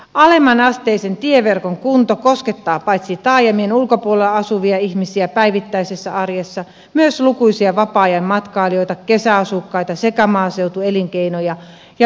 alemmanasteisen tieverkon kunto koskettaa paitsi taajamien ulkopuolella asuvia ihmisiä päivittäisessä arjessa myös lukuisia vapaa ajan matkailijoita kesäasukkaita sekä maaseutuelinkeinojen ja metsätalouden harjoittajia